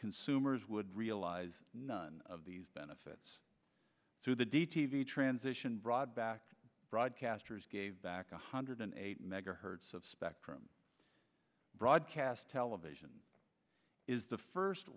consumers would realize none of these benefits through the d t d transition brought back broadcasters gave back a hundred and eight megahertz of spectrum broadcast television is the first